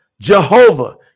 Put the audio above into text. Jehovah